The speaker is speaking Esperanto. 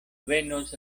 venos